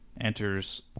enters